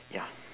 ya